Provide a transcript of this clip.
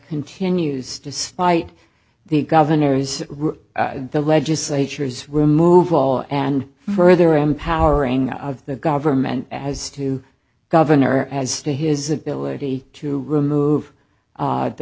continues despite the governor's the legislature's removal and further empowering of the government as to governor as to his ability to remove